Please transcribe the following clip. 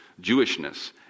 Jewishness